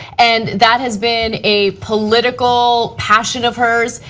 and that has been a political passion of hers,